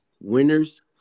Winners